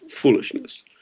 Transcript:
foolishness